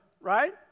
Right